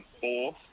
fourth